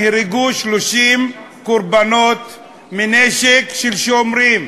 נהרגו 30 קורבנות מנשק של שומרים,